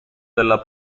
della